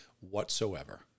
whatsoever